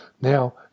Now